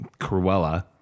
Cruella